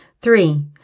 Three